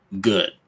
good